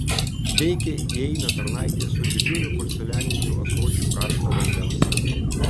veikiai įeina tarnaitė su didžiuliu porcelianiniu ąsočiu karšto vandens